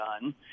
done